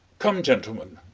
come, gentlemen,